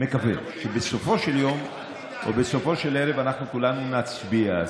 מקווה שבסופו של יום או בסופו של הערב אנחנו כולנו נצביע.